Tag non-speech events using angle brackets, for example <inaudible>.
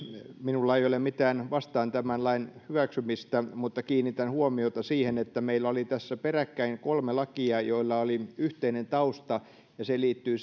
minulla ei ole mitään vastaan tämän lain hyväksymistä mutta kiinnitän huomiota siihen että meillä oli tässä peräkkäin kolme lakia joilla oli yhteinen tausta se liittyy <unintelligible>